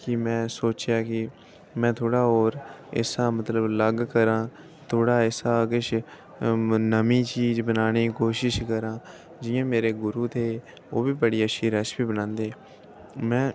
ते में सोचेआ कि में थोह्ड़ा होर इस शा मतलब अलग करां थोह्ड़ा इस शा किश नमीं चीज बनाने दी कोशश करां जि'यां मेरे गुरु हे ओह् बी बड़ी अच्छी रैसिपी बनांदे हे में